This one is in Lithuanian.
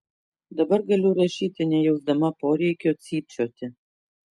dabar galiu rašyti nejausdama poreikio cypčioti